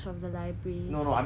no no I mean the title O_G it